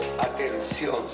atención